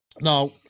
now